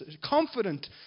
confident